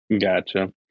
Gotcha